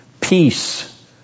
Peace